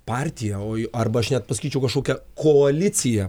partija o arba aš net pasakyčiau kažkokia koalicija